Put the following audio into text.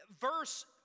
verse